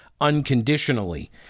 unconditionally